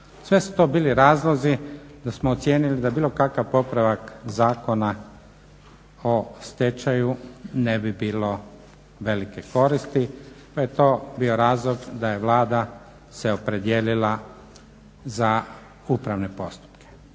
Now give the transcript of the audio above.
Sve su to bili razlozi da smo ocijenili da bilo kakav popravak Zakona o stečaju ne bi bilo velike koristi pa je to bio razlog da se Vlada opredijelila za upravne postupke.